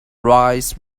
rise